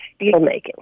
steelmaking